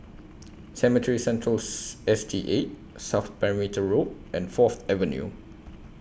Cemetry Centrals S T eight South Perimeter Road and Fourth Avenue